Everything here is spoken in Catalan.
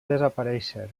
desaparèixer